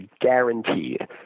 guaranteed